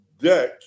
deck